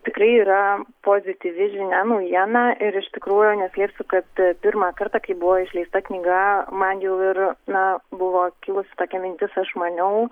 tikrai yra pozityvi žinia naujiena ir iš tikrųjų neslėpsiu kad pirmą kartą kai buvo išleista knyga man jau ir na buvo kilusi tokia mintis aš maniau